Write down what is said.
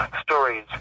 stories